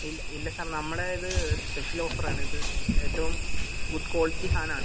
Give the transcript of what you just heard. ഇല്ല ഇല്ല സാർ നമ്മടെ ഇത് സ്പെഷ്യൽ ഓഫറാണ് ഇത് ഏറ്റവും ഗുഡ് ക്വാളിറ്റി സാധനമാണ്